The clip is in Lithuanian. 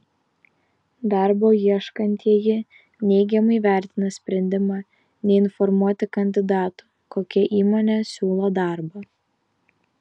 darbo ieškantieji neigiamai vertina sprendimą neinformuoti kandidatų kokia įmonė siūlo darbą